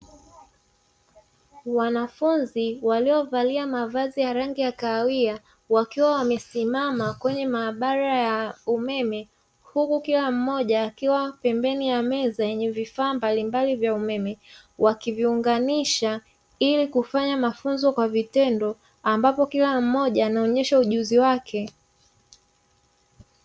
Wanafunzi waliovalia mavazi ya rangi ya kahawia, wakiwa wamesimama kwenye maabara ya umeme. Huku kila mmoja akiwa pembeni ya meza yenye vifaa mbalimbali vya umeme wakiviunganisha ili kufanya mafunzo kwa vitendo, ambapo kila mmoja anaonyesha ujuzi wake.